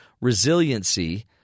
resiliency